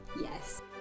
Yes